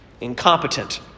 incompetent